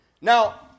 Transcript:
Now